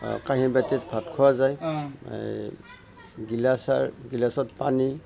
কাঁহী বাতিত ভাত খোৱা যায় এই গিলাচৰ গিলাচত পানী